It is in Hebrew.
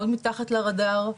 מאוד מתחת לרדאר.